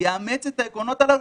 יאמץ את העקרונות הללו,